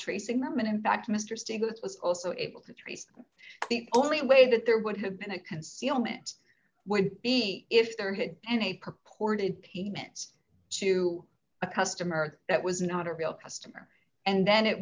tracing memon in fact mr stiglitz was also able to trace the only way that there would have been a concealment would be if there had been a purported pigments to a customer that was not a real customer and then it